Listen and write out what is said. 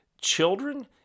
Children